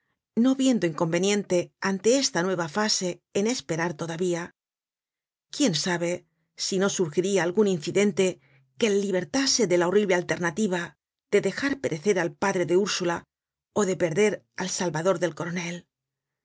no viendo inconveniente ante esta nueva fase en esperar todavía quién sabe si no surgiria algun incidente que le libertase de la horrible alternativa de dejar perecer al padre de ursula ó de perder al salvador del coronel